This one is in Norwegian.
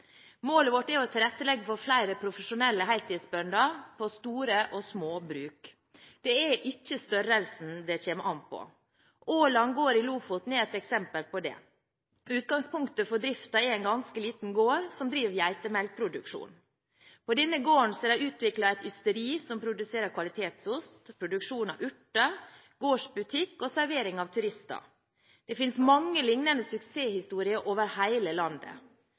Målet vårt er å tilrettelegge for flere profesjonelle heltidsbønder på store og små bruk. Det er ikke størrelsen det kommer an på. Aaland gård i Lofoten er et eksempel på det. Utgangspunktet for driften er en ganske liten gård som driver med geitemelkproduksjon. På denne gården har de utviklet et ysteri som produserer kvalitetsost, det er produksjon av urter, gårdsbutikk og servering til turister. Det finnes mange lignende suksesshistorier over hele landet.